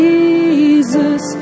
Jesus